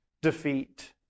defeat